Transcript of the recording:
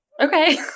okay